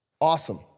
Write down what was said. awesome